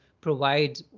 provide